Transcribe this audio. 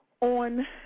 on